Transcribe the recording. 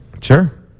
Sure